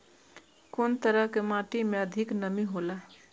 कुन तरह के माटी में अधिक नमी हौला?